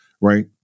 right